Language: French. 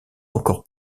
encore